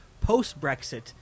post-Brexit